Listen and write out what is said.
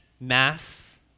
mass